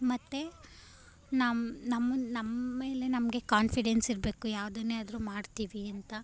ಮತ್ತು ನಮ್ಮ ನಮ್ಮ ನಮ್ಮ ಮೇಲೆ ನಮಗೆ ಕಾನ್ಫಿಡೆನ್ಸ್ ಇರಬೇಕು ಯಾವುದನ್ನೇ ಆದರೂ ಮಾಡ್ತೀವಿ ಅಂತ